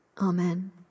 Amen